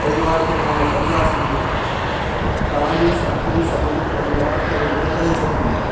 परिवार खे पंहिंजो परिवारु सम्झो तव्हांजी शक्ति सॼे परिवार खे उभो करे छॾींदी